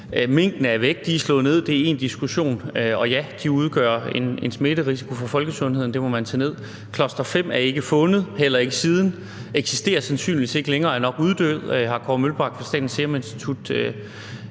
Minkene er væk, de er slået ned. Det er én diskussion. Og ja, til de udgør en smitterisiko i forhold til folkesundheden, det må man tage ned. Cluster-5 er ikke fundet, heller ikke siden, eksisterer sandsynligvis ikke længere. Den er nok uddød, har Kåre Mølbak fra Statens Serum Institut